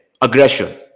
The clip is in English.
Aggression